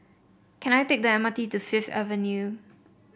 can I take the M R T to Fifth Avenue